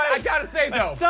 i gotta say though.